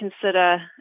consider